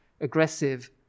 aggressive